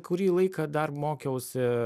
kurį laiką dar mokiausi